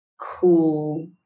cool